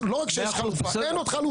לא אין עוד חלופה.